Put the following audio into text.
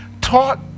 taught